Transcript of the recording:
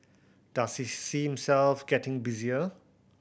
does he see himself getting busier